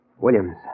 Williams